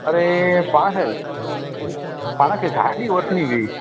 अरे पाण खे पाण खे गाॾी वठणी हुई